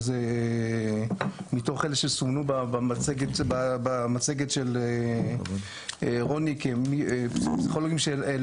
מתוך אלה שסומנו במצגת של רוני כפסיכולוגים שהם